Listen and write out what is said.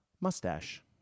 mustache